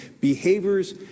Behaviors